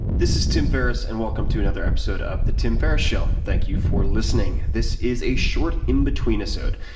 this is tim ferriss and welcome to another episode of the tim ferriss show. thank you for listening. this is a short in between-isode.